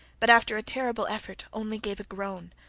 but, after a terrible effort, only gave a groan.